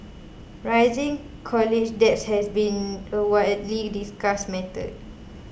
rising college debt has been a widely discussed matter